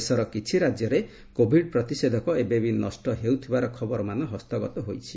ଦେଶର କିଛି ରାଜ୍ୟରେ କୋବିଡ୍ ପ୍ରତିଷେଧକ ଏବେବି ନଷ୍ଟ ହେଉଥିବାର ଖବରମାନ ହସ୍ତଗତ ହୋଇଛି